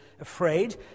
afraid